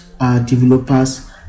developers